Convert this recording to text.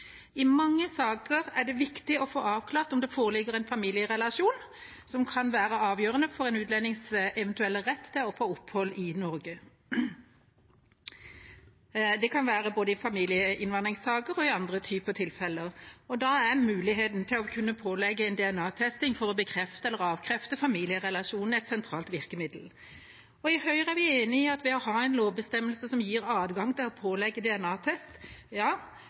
I mange saker er det viktig å få avklart om det foreligger en familierelasjon, som kan være avgjørende for en utlendings eventuelle rett til å få opphold i Norge. Det kan være i både familieinnvandringssaker og andre tilfeller. Da er muligheten til å kunne pålegge en DNA-test for å bekrefte eller avkrefte familierelasjonen et sentralt virkemiddel. I Høyre er vi i enig i at ved å ha en lovbestemmelse som gir adgang til å pålegge